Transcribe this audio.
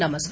नमस्कार